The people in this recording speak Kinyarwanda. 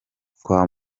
kwa